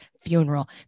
funeral